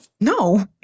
No